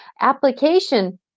application